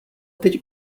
teď